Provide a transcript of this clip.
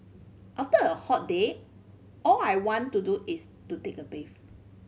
after a hot day all I want to do is to take a bath